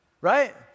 right